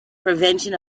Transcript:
prevention